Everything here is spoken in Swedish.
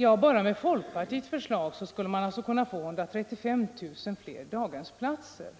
Ja, bara med kostnaderna för folkpartiets förslag om vårdnadsbidrag skulle man kunna få 135 000 fler daghemsplatser,